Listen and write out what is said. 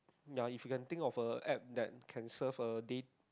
ya if you can think of a app that can serve a date